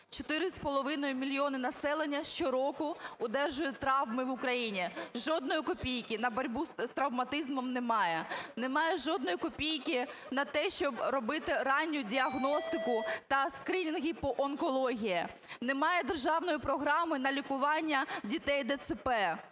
4,5 мільйона населення щороку одержують травми в Україні, жодної копійки на боротьбу з травматизмом немає. Немає жодної копійки на те, щоб робити ранню діагностику та скринінги по онкології. Немає державної програми на лікування дітей ДЦП.